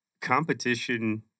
competition